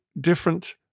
different